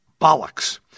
Bollocks